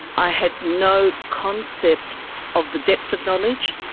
i had no concept of the depth of knowledge,